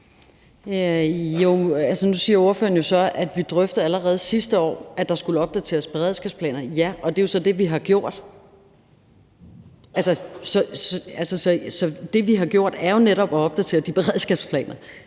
Nu siger ordføreren jo så, at vi allerede drøftede sidste år, at der skulle opdateres beredskabsplaner, og ja, det er så det, vi har gjort. Det, vi har gjort, er jo netop at opdatere de beredskabsplaner.